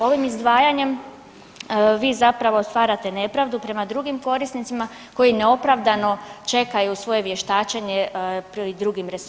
Ovim izdvajanjem vi zapravo stvarate nepravdu prema drugim korisnicima koji neopravdano čekaju svoje vještačenje pred drugim resorima.